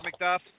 McDuff